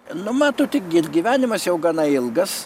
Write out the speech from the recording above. nu matote gi ir gyvenimas jau gana ilgas